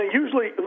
usually